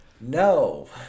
no